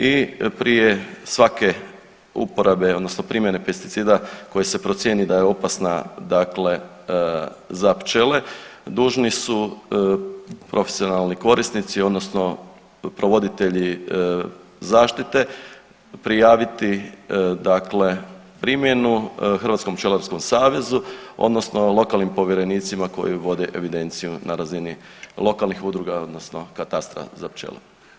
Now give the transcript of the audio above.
I prije svake uporabe, odnosno primjene pesticida koje se procijeni da je opasna, dakle za pčele dužni su profesionalni korisnici, odnosno provoditelji zaštite prijaviti, dakle primjenu Hrvatskom pčelarskom savezu, odnosno lokalnim povjerenicima koji vode evidenciju na razini lokalnih udruga, odnosno katastra za pčele.